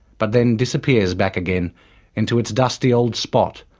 but then disappears back again into its dusty old spot,